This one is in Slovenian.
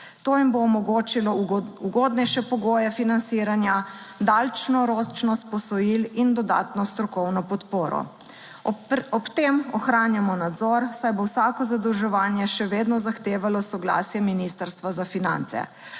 To jim bo omogočilo, ugodnejše pogoje financiranja, daljšoročnost posojil in dodatno strokovno podporo. Ob tem ohranjamo nadzor, saj bo vsako zadolževanje še vedno zahtevalo soglasje Ministrstva za finance.